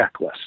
checklist